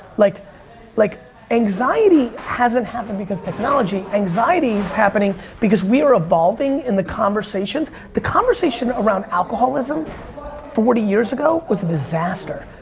like like anxiety hasn't happened because technology. anxiety's happening because we're evolving in the conversations. the conversation around alcoholism forty years ago was a disaster.